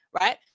right